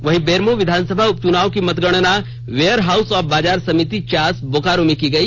वहीं र्बेरमो विधानसभा उपचुनाव की मतगणना वेयर हाउस ऑफ बाजार समिति चास बोकारो में की गई